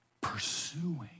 pursuing